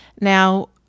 Now